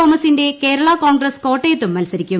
തോമസിന്റെ കേരള കോൺഗ്രസ് കോട്ടയത്തും മത്സരിക്കും